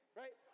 right